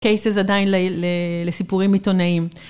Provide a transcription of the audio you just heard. קייסס עדיין לסיפורים עיתונאיים.